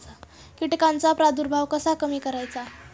कीटकांचा प्रादुर्भाव कसा कमी करायचा?